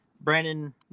brandon